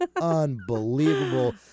unbelievable